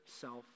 self